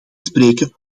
spreken